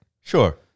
Sure